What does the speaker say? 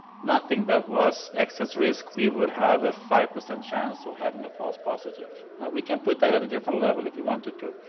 nothing that was excess risk we would have a five percent chance of having a false positive and we can put that at a different level if you wanted to,